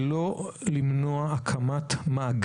הם לא רוצים להתעסק עם זה.